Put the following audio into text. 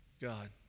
God